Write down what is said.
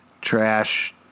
Trash